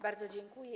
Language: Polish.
Bardzo dziękuję.